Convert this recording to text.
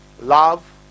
love